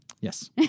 Yes